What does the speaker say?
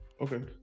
Okay